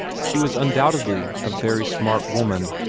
she was undoubtedly a very smart woman.